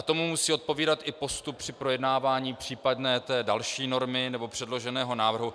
Tomu musí odpovídat i postup při projednávání případné té další normy nebo předloženého návrhu.